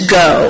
go